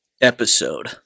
episode